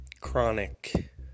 chronic